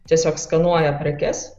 tiesiog skanuoja prekes